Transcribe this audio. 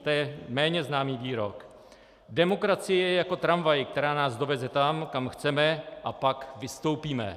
To je méně známý výrok: Demokracie je jako tramvaj, která nás doveze tam, kam chceme, a pak vystoupíme.